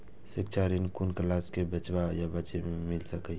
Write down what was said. शिक्षा ऋण कुन क्लास कै बचवा या बचिया कै मिल सके यै?